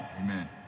Amen